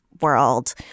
world